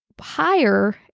higher